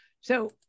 So-